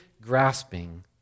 grasping